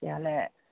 তেতিয়াহ'লে